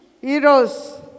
Heroes